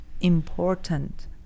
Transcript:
important